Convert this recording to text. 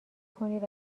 کنید